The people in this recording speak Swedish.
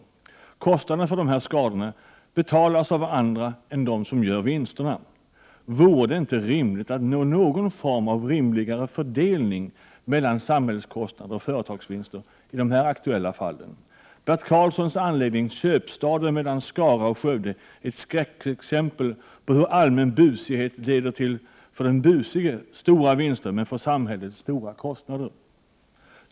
Kostnaderna för dessa skador betalas av andra än av dem som gör vinsterna. Vore det inte rimligt att nå någon form av skäligare fördelning mellan samhällskostnader och företagsvinster i de aktuella fallen? Bert Karlssons anläggning Köpstaden mellan Skara och Skövde är ett skräckexempel på hur allmän busighet leder till för den busige stora vinster, men för samhället stora kostnader.